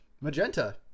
Magenta